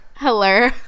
Hello